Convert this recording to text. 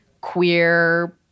queer